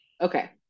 okay